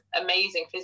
amazing